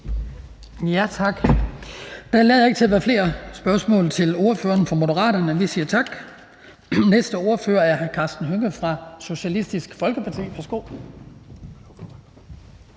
Tak. Der lader ikke til at være flere spørgsmål til ordføreren for Moderaterne. Vi siger tak. Næste ordfører er hr. Karsten Hønge fra Socialistisk Folkeparti. Værsgo.